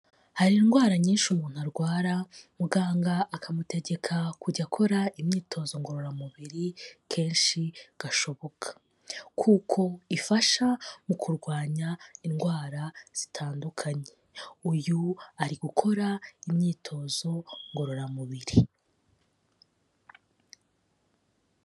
Hari indwara nyinshi umuntu arwara, muganga akamutegeka kujya akora imyitozo ngororamubiri kenshi gashoboka, kuko ifasha mu kurwanya indwara zitandukanye. Uyu ari gukora imyitozo ngororamubiri.